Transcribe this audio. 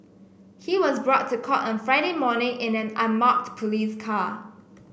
he was brought to court on Friday morning in an unmarked police car